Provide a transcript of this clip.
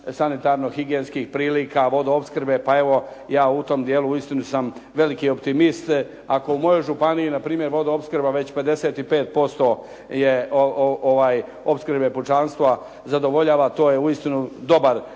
sanitarno higijenskih prilika, vodoopskrbe pa evo ja u tom dijelu uistinu sam veliki optimist. Ako u mojoj županiji na primjer vodoopskrba već 55% je opskrbe pučanstva zadovoljava to je uistinu dobar rezultat